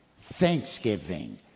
thanksgiving